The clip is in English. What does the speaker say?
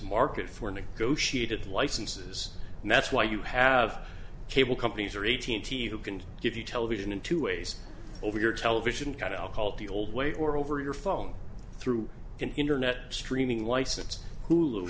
market for negotiated licenses and that's why you have cable companies or eighteen thousand who can give you television in two ways over your television kind of i'll call it the old way or over your phone through internet streaming license